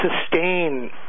sustain